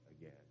again